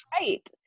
right